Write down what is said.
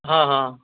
ہاں ہاں